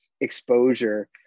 exposure